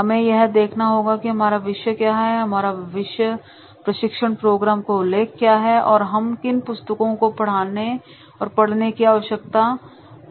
हमें यह देखना होगा कि हमारा विषय क्या है हमारे विशेष प्रशिक्षण प्रोग्राम का स्लाइड समय किया है और हमें किन पुस्तकों को पढ़ने की आवश्यकता है